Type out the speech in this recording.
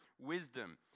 wisdom